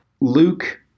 Luke